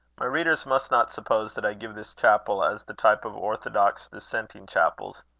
my readers must not suppose that i give this chapel as the type of orthodox dissenting chapels.